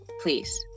please